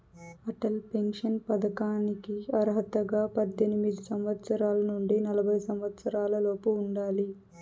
Atal pension పథకానికి అర్హతగా పద్దెనిమిది సంవత్సరాల నుండి నలభై సంవత్సరాలలోపు ఉండాలి